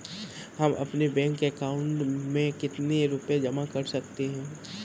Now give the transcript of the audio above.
हम अपने bank account में कितने रुपये जमा कर सकते हैं?